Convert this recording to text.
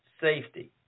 Safety